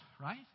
right